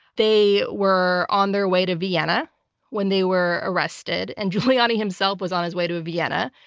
they were on their way to vienna when they were arrested, and giuliani himself was on his way to vienna.